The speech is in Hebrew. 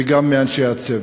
וגם מאנשי הצוות.